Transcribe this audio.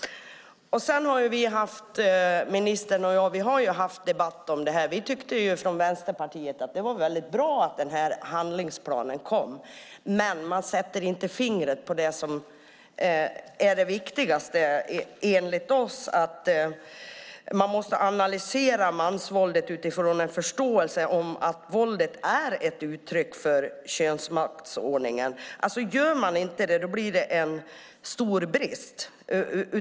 Ministern och jag har haft debatter om detta. Vi i Vänsterpartiet tyckte att det var väldigt bra att den här handlingsplanen kom, men man sätter inte fingret på det som vi tycker är viktigast. Man måste analysera mansvåldet utifrån en förståelse för att våldet är ett uttryck för könsmaktsordningen. Gör man inte det blir det en stor brist.